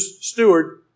steward